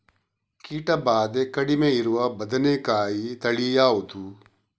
ಕೀಟ ಭಾದೆ ಕಡಿಮೆ ಇರುವ ಬದನೆಕಾಯಿ ತಳಿ ಯಾವುದು?